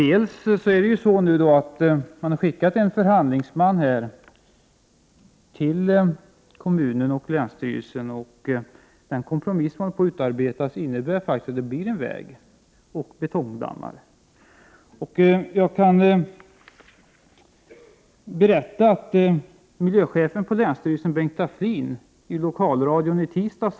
En förhandlingsman har skickats till kommunen och länsstyrelsen. Den kompromiss som håller på att utarbetas innebär att det skall byggas en väg och betongdammar. Miljöchefen på länsstyrelsen, Bengt Taflin, uttalade sig i lokalradion i tisdags.